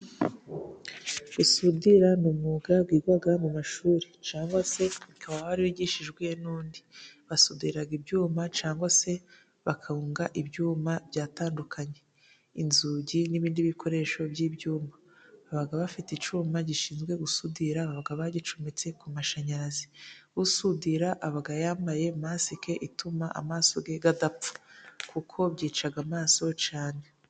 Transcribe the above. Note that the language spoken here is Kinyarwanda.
Gusudira ni umwuga wiga mu mashuri cyangwa se ukaba warigishijwe n'undi. Basudira ibyuma cyangwa se bakunga ibyuma byatandukanye, inzugi n'ibindi bikoresho by'ibyuma. Abagabo bafite icyuma gishinzwe gusudira baba bagicometse ku mashanyarazi, usudira aba yambaye masike ituma amaso ye adapfa kuko byica amaso cyane.